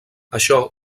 això